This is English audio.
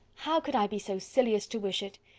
how could i be so silly as to wish it!